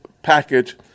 package